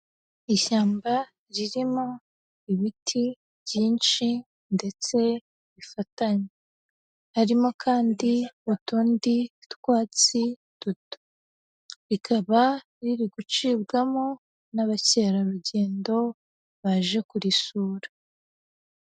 Ishyamba ririmo ibiti byinshi ndetse bifatanye. Harimo kandi utundi twatsi duto. Rikaba riri gucibwamo n'abakerarugendo baje kurisura.